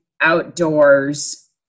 outdoors